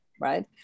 right